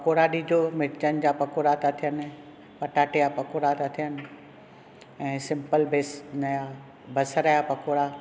पकोड़ा ॾिजो मिर्चनि जा पकोड़ा था थियनि पटाटे जा पकोड़ा था थियनि ऐं सिम्पल बेसन जा बसर जा पकोड़ा